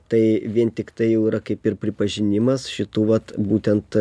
tai vien tiktai jau yra kaip ir pripažinimas šitų vat būtent